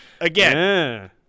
Again